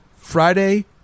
Friday